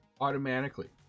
automatically